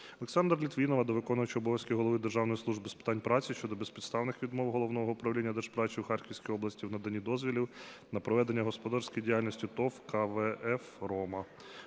Олександра Літвінова до виконувача обов'язків Голови Державної служби з питань праці щодо безпідставних відмов Головного управління Держпраці у Харківській області в наданні дозволів на проведення господарської діяльності ТОВ КВФ "Рома".